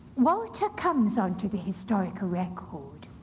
walter comes onto the historical record